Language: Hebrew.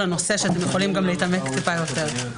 הנושא שאתם יכולים גם להתעמק טיפה יותר.